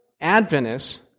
Adventists